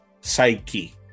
psyche